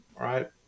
right